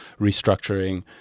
restructuring